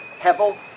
Hevel